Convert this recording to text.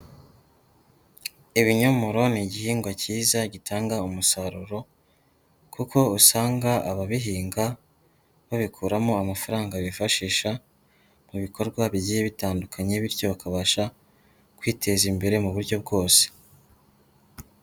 Ibinyomoro ni igihingwa kiza gitanga umusaruro kuko usanga ababihinga, babikuramo amafaranga bifashisha, mu bikorwa bigiye bitandukanye bityo bakabasha, kwiteza imbere mu buryo bwose.